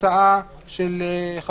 דיור בגיל הזהב שמנוהל על-ידי משרד הבינוי